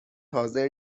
حاضر